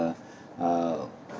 uh